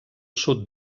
sud